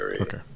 Okay